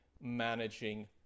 managing